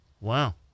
Wow